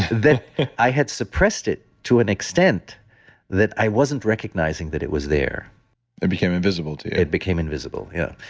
that i had suppressed it to an extent that i wasn't recognizing that it was there it became invisible to you it became invisible. yeah.